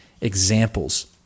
examples